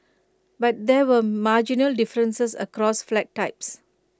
but there were marginal differences across flat types